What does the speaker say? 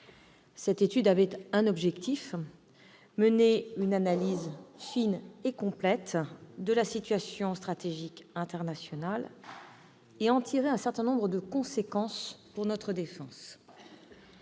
Cette étude avait un objectif : produire une analyse fine et complète de la situation stratégique internationale et en tirer les conséquences pour notre défense.